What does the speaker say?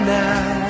now